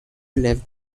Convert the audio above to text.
lived